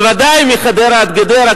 בוודאי מחדרה עד גדרה,